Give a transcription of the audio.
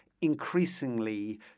increasingly